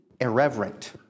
irreverent